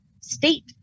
state